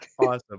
Awesome